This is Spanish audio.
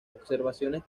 observaciones